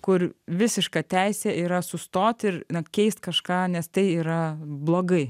kur visiška teisė yra sustoti ir na keist kažką nes tai yra blogai